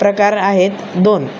प्रकार आहेत दोन